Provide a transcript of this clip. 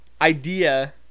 idea